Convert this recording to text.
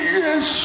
yes